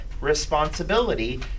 responsibility